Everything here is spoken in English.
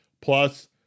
Plus